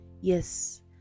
Yes